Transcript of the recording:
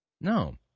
No